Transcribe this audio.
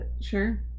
Sure